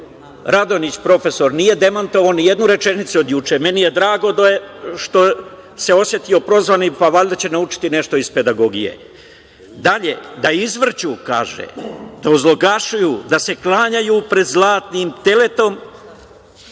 Radonjić, profesor, nije demantovao ni jednu rečenicu od juče. Meni je drago što se osetio prozvanim, pa valjda će da nauči nešto iz pedagogije. Dalje, „da izvrću, ozloglašuju, da se klanjaju pred zlatnim teletom